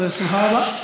בשמחה רבה.